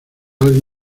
algo